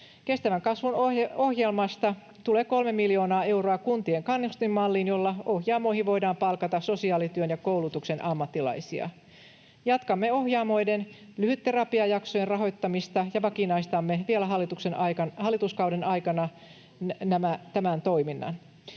Kestävän kasvun ohjelmasta tulee 3 miljoonaa euroa kuntien kannustinmalliin, jolla Ohjaamoihin voidaan palkata sosiaalityön ja koulutuksen ammattilaisia. Jatkamme Ohjaamoiden lyhytterapiajaksojen rahoittamista ja vakinaistamme vielä hallituskauden aikana tämän toiminnan.